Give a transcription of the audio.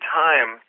time